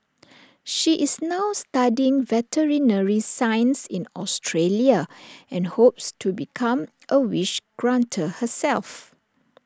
she is now studying veterinary science in Australia and hopes to become A wish granter herself